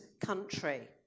country